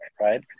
right